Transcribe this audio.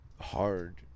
Hard